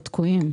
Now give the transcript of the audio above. ותקועים.